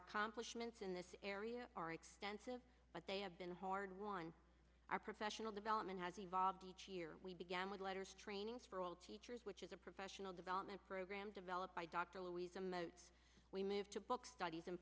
accomplishments in this area are extensive but they have been a hard one our professional development has evolved each year we began with letters training for all teachers which is a professional development program developed by dr louise we moved to book studies